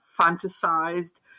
fantasized